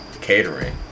catering